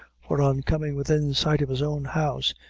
for on coming within sight of his own house,